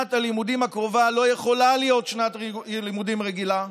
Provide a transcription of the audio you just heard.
שנת הלימודים הקרובה לא יכולה להיות שנת לימודים רגילה,